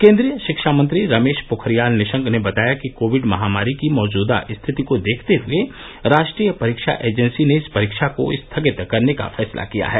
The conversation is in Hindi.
केंद्रीय शिक्षा मंत्री रमेश पोखरियाल निशंक ने बताया कि कोविड महामारी की मौजूदा स्थिति को देखते हुए राष्ट्रीय परीक्षा एजेंसी ने इस परीक्षा को स्थगित करने का फैसला किया है